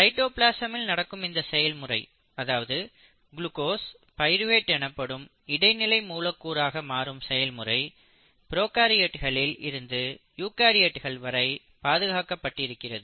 சைட்டோபிளாசமில் நடக்கும் இந்த செயல்முறை அதாவது குளுக்கோஸ் பைருவேட் எனப்படும் இடைநிலை மூலக்கூறாக மாறும் செயல்முறை ப்ரோகாரியோட்களில் இருந்து யூகரியோட்கள் வரை பாதுகாக்கப்பட்டு இருக்கிறது